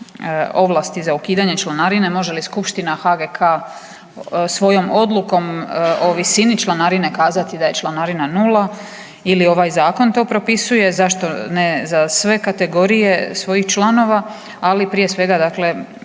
ovlasti za ukidanje članarine , može li skupština HGK svojom odlukom o visini članarine kazati da je članarina nula ili ovaj zakon to propisuje, zašto ne za sve kategorije svojih članova, ali prije svega dakle